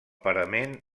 parament